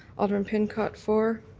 alderman pincott, for.